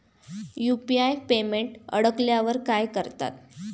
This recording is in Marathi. यु.पी.आय पेमेंट अडकल्यावर काय करतात?